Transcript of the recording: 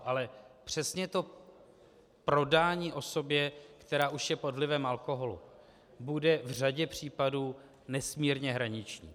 Ale přesně to prodání osobě, která už je pod vlivem alkoholu, bude v řadě případů nesmírně hraniční.